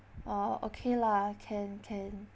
orh okay lah can can